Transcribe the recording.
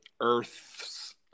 Earth's